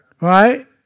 Right